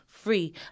free